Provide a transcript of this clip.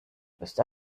ist